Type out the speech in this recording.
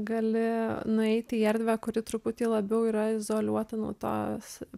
gali nueiti į erdvę kuri truputį labiau yra izoliuota nuo tos